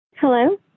Hello